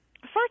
First